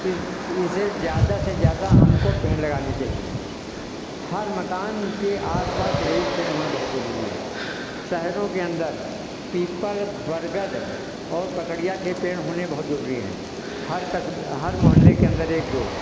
इस इसे ज़्यादा से ज़्यादा हमको पेड़ लगाने चाहिए हर मकान के आस पास एक पेड़ होना बहुत ज़रूरी है शहरों के अंदर पीपल बरगद और पकड़िया के पेड़ होने बहुत ज़रूरी हैं हर कस्बे हर मोहल्ले के अंदर एक दो